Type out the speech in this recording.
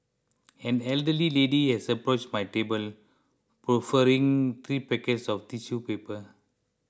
an elderly lady has approached my table proffering three packets of tissue paper